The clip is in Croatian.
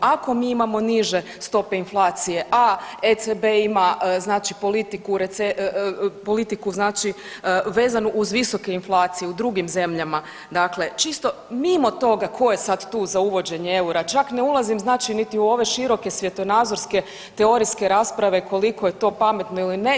Ako mi imamo niže stope inflacije, a ECB ima znači politiku, politiku znači vezanu uz visoke inflacije dakle čisto mimo toga koje sad tu za uvođenje eura čak ne ulazim znači ni u ove široke svjetonazorske teorijske rasprave koliko je to pametno ili ne.